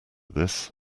this